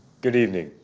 good evening.